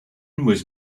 was